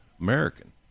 American